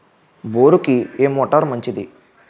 బోరుకి ఏ మోటారు మంచిది?